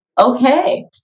okay